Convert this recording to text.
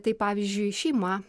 tai pavyzdžiui šeima